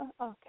Okay